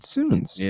Soon's